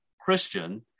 Christian